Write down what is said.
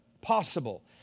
possible